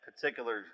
particular